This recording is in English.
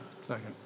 Second